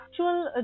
Actual